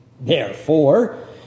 Therefore